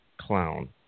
clown